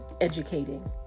educating